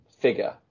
figure